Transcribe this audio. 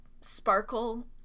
sparkle